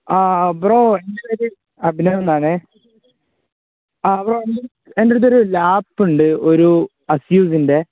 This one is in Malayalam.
ആ ബ്രോ എൻ്റെ പേര് അഭിനവ് എന്നാണ് ആ ബ്രോ എന്റെയടുത്ത് എന്റെയടുത്തൊരു ലാപ്പുണ്ട് ഒരു അസ്യൂസിൻ്റെ